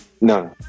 No